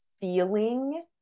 feeling